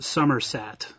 Somerset